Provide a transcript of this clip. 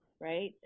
right